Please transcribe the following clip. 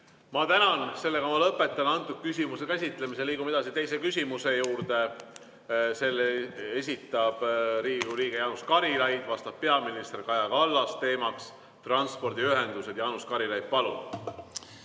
Ma tänan. Lõpetan selle küsimuse käsitlemise. Liigume edasi teise küsimuse juurde. Selle esitab Riigikogu liige Jaanus Karilaid, vastab peaminister Kaja Kallas, teema on transpordiühendused. Jaanus Karilaid, palun!